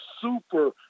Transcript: super